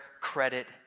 credit